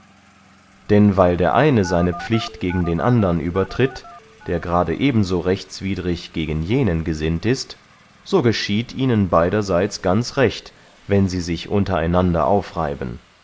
denn weil der eine seine pflicht gegen den andern übertritt der gerade eben so rechtswidrig gegen jenen gesinnt ist so geschieht ihnen beyderseits ganz recht wenn sie sich unter einander aufreiben